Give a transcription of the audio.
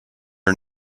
are